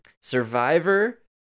Survivor